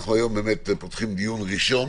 היום אנו פותחים דיון ראשון